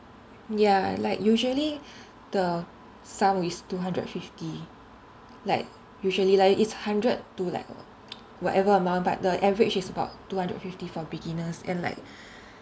ya like usually the sum is two hundred fifty like usually lah it's hundred to like whatever amount but the average is about two hundred fifty for beginners and like